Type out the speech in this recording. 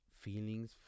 feelings